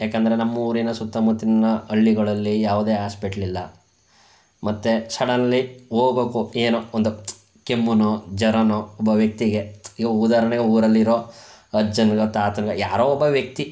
ಯಾಕಂದರೆ ನಮ್ಮೂರಿನ ಸುತ್ತಮುತ್ತಲಿನ ಹಳ್ಳಿಗಳಲ್ಲಿ ಯಾವುದೇ ಹಾಸ್ಪೆಟ್ಲಿಲ್ಲ ಮತ್ತು ಸಡನ್ಲಿ ಹೋಗೋಕು ಏನೋ ಒಂದು ಕೆಮ್ಮುನೋ ಜ್ವರನೋ ಒಬ್ಬ ವ್ಯಕ್ತಿಗೆ ಈಗ ಉದಾಹರಣೆಗೆ ಊರಲ್ಲಿರೋ ಅಜ್ಜನಿಗೋ ತಾತನಿಗೋ ಯಾರೋ ಒಬ್ಬ ವ್ಯಕ್ತಿ